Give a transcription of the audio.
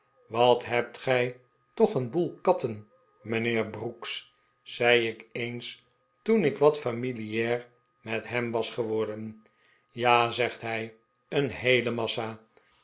wat hebt gij toch een boel katten mijnheer brooks zeg ik eens toen ik wat familiaar met hem was geworden ja zegt hij eeh heele massa